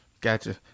Gotcha